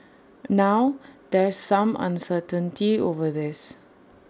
now there's some uncertainty over this